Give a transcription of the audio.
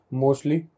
mostly